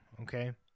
okay